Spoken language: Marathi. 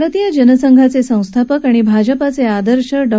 भारतीय जनसंघाचे संस्थापक आणि भाजपाचे आदर्श डॉ